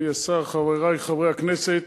אדוני השר, חברי חברי הכנסת,